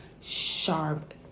sharp